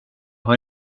har